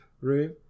room